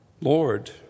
Lord